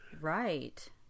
Right